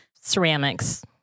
ceramics